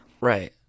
Right